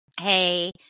hey